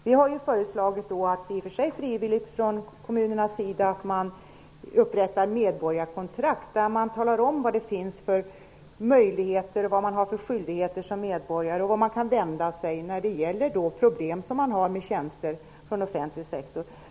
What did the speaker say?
Vi har föreslagit att man från kommunernas sida, i och för sig frivilligt, upprättar medborgarkontrakt där man talar om vad det finns för möjligheter, vad man har för skyldigheter och vart man kan vända sig när det gäller problem med tjänster från offentlig sektor.